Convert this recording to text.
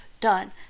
done